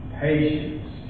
patience